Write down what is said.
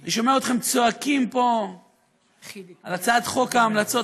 אני שומע אתכם צועקים פה על הצעת חוק ההמלצות.